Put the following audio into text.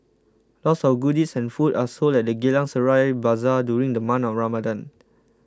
lots of goodies and food are sold at the Geylang Serai Bazaar during the month of Ramadan